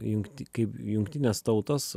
jungti kaip jungtinės tautos